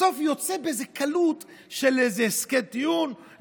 בסוף יוצא באיזו קלות של הסכם טיעון,